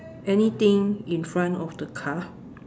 anything in front of the car